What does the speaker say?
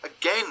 again